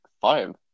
five